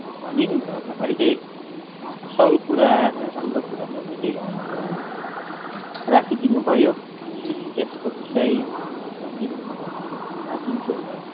good morning र तपाईँले असल कुरा र राम्रो कुरा तपाईँले राखिदिनुभयो अनि त्यसको विषयमा म एकदमै म तपाईँलाई धन्यवाद दिन्छु र